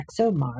ExoMars